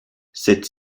cette